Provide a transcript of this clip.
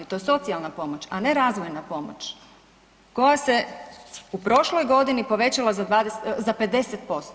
To je socijalna pomoć, a ne razvojna pomoć koja se u prošloj godini povećala za 50%